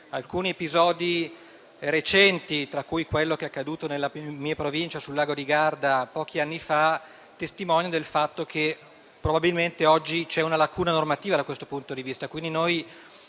noti episodi recenti, tra cui quello accaduto nella mia provincia sul lago di Garda pochi anni fa, testimoniano il fatto che probabilmente oggi c'è una lacuna normativa, da questo punto di vista.